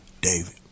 David